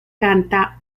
canta